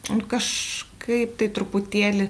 nu kažkaip tai truputėlį